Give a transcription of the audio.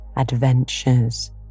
Adventures